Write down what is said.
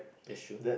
that's true